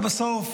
אבל בסוף,